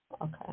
Okay